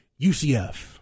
UCF